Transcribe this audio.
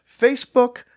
Facebook